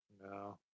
No